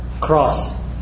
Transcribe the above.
cross